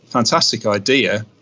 fantastic idea.